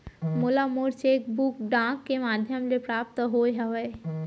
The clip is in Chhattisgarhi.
मोला मोर चेक बुक डाक के मध्याम ले प्राप्त होय हवे